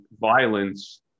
violence